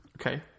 Okay